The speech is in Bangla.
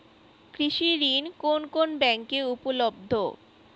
কৃষি ঋণ কোন কোন ব্যাংকে উপলব্ধ?